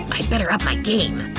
i'd better up my game!